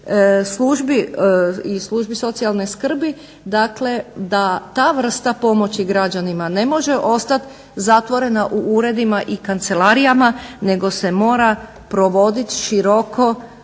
službi i službi socijalne skrbi, dakle da ta vrsta pomoći građanima ne može ostat zatvorena u uredima i kancelarijama nego se mora provodit široko